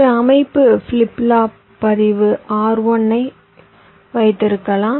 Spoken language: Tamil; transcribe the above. ஒரு அமைப்பு ஃபிளிப் ஃப்ளாப் பதிவு R1 ஐ வைத்திருக்கலாம்